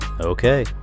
Okay